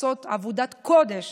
שעושות עבודת קודש